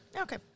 Okay